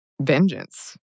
vengeance